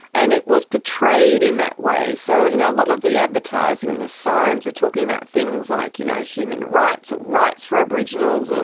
and it was portrayed in that way. so you know a lot of the advertising and the signs were talking about things like you know human rights or rights for aboriginals, and